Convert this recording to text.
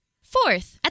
Fourth